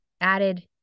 added